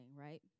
right